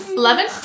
eleven